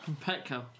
Petco